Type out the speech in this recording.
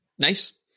Nice